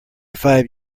five